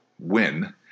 win